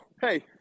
hey